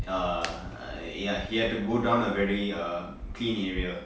err ya he had to go down a very clean area